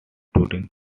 during